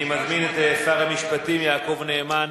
אני מזמין את שר המשפטים יעקב נאמן